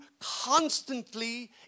constantly